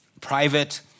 private